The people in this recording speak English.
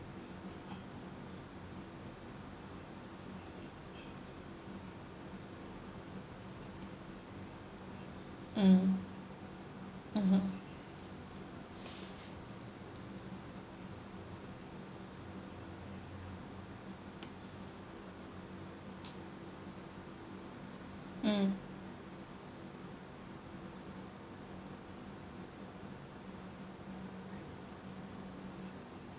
mm mmhmm mm